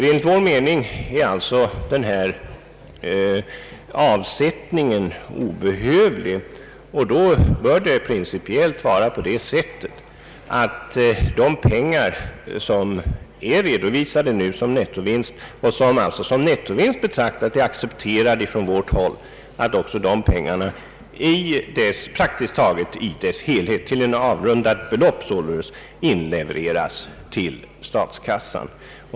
Enligt vår mening är alltså den föreslagna avsättningen obehövlig. Då bör det principiellt vara på det sättet att ge pengar, som nu är redovisade som nettovinst och från vår sida har accepterats såsom sådan, praktiskt taget i sin helhet och till ett avrundat belopp inlevereras till statskassan.